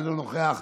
אינו נוכח,